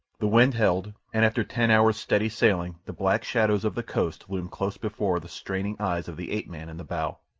the wind held, and after ten hours' steady sailing the black shadows of the coast loomed close before the straining eyes of the ape-man in the bow.